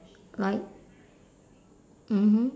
like mmhmm